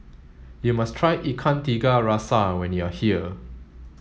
you must try Ikan Tiga Rasa when you are here